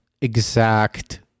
exact